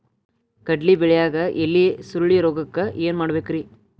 ಕಡ್ಲಿ ಬೆಳಿಯಾಗ ಎಲಿ ಸುರುಳಿರೋಗಕ್ಕ ಏನ್ ಮಾಡಬೇಕ್ರಿ?